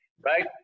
right